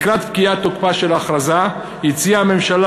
לקראת פקיעת תוקפה של ההכרזה הציעה הממשלה